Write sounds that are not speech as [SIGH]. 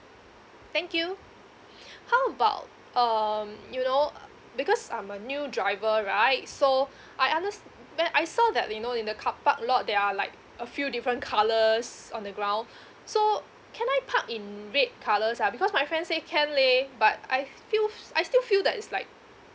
thank you [BREATH] how about um you know because I'm a new driver right so I understand I saw that you know in the car park lot there are like a few different colours on the ground so can I park in red colours ah because my friend say can leh but I feel I still feel that it's like